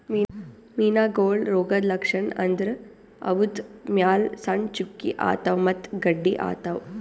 ಮೀನಾಗೋಳ್ ರೋಗದ್ ಲಕ್ಷಣ್ ಅಂದ್ರ ಅವುದ್ರ್ ಮ್ಯಾಲ್ ಸಣ್ಣ್ ಚುಕ್ಕಿ ಆತವ್ ಮತ್ತ್ ಗಡ್ಡಿ ಆತವ್